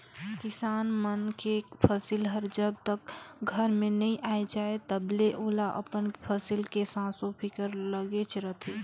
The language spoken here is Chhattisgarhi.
किसान मन के फसिल हर जब तक घर में नइ आये जाए तलबे ओला अपन फसिल के संसो फिकर लागेच रहथे